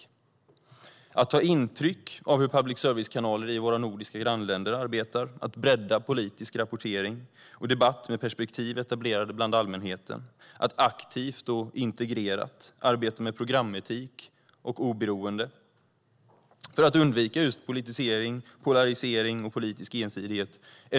Några verktyg som ligger nära till hands är: att ta intryck av hur public service-kanaler i våra nordiska grannländer arbetar, att bredda politisk rapportering och debatt med perspektiv etablerade bland allmänheten och att aktivt och integrerat arbeta med programetik och oberoende för att undvika just politisering, polarisering och politisk ensidighet.